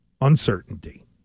Uncertainty